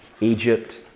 Egypt